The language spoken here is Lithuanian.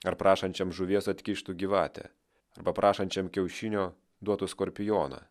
ar prašančiam žuvies atkištų gyvatę arba prašančiam kiaušinio duotų skorpioną